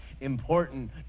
important